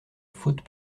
fautes